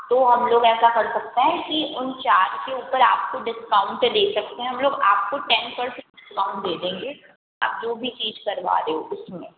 तो हम लोग ऐसा कर सकते हैं कि उन चार के ऊपर आपको डिस्काउंट दे सकते हैं हम लोग आपको टेन परसेंट डिस्काउंट दे देंगे आप जो भी चीज़ करवा रही हो उसमें